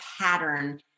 pattern